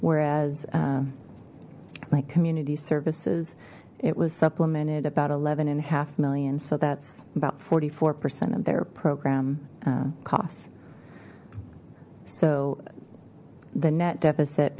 whereas like community services it was supplemented about eleven and a half million so that's about forty four percent of their program costs so the net deficit